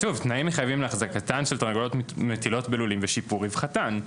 כתוב תנאים מחייבים להחזקתן של תרנגולות מטילות בלולים ושיפור רווחתן.